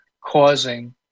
causing